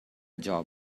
job